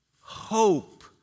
hope